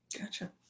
Gotcha